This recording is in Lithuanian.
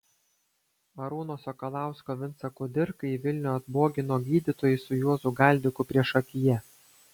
arūno sakalausko vincą kudirką į vilnių atbogino gydytojai su juozu galdiku priešakyje